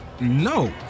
No